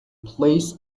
plays